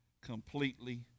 completely